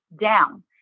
down